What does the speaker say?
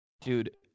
dude